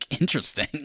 interesting